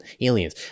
aliens